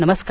नमस्कार